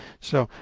so,